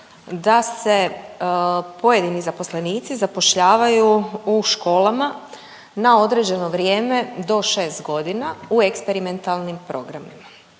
da se pojedini zaposlenici zapošljavaju u školama na određeno vrijeme do 6 godina u eksperimentalnim programima.